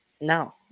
No